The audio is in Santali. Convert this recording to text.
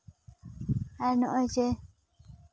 ᱟᱨ ᱱᱚᱜᱼᱚᱭ ᱡᱮ